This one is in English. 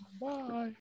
Bye